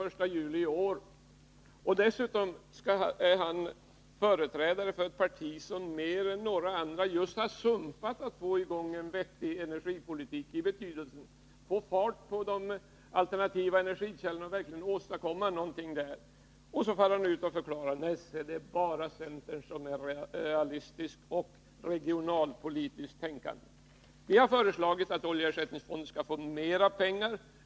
Ivar Franzén är dessutom företrädare för ett parti som mer än något annat just har försuttit möjligheten att få i gång en vettig energipolitik, i betydelsen av att få fart på de alternativa energikällorna. Ändå far han ut och förklarar att det bara är centern som är realistiskt och regionalpolitiskt tänkande. Vi har föreslagit att oljeersättningsfonden skall få mera pengar.